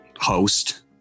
host